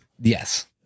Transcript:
Yes